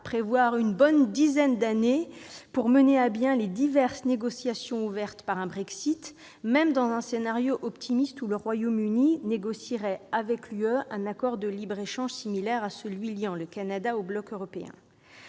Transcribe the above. prévoir une bonne dizaine d'années pour mener à bien les diverses négociations déclenchées par le Brexit, même dans un scénario optimiste, qui verrait le Royaume-Uni discuter avec l'Union européenne d'un accord de libre-échange similaire à celui liant le Canada au bloc européen.